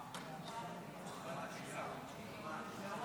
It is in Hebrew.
אני קובע שההצעה לא התקבלה מאחר